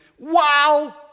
Wow